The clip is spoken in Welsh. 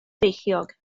feichiog